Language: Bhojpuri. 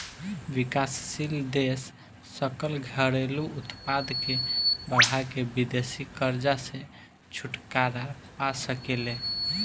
विकासशील देश सकल घरेलू उत्पाद के बढ़ा के विदेशी कर्जा से छुटकारा पा सके ले